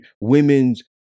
women's